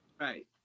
Right